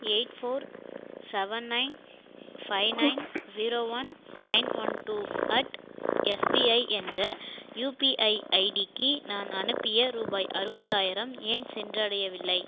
eight four seven nine five nine zero one nine one two at SBI என்ற UPI ஐடிக்கு நான் அனுப்பிய ரூபாய் அறுபதாயிரம் ஏன் சென்றடையவில்லை